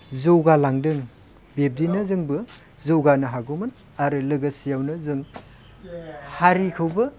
जौगालांदों बिब्दिनो जोंबो जौगानो हागौमोन आरो लोगोसेयावनो जों हारिखौबो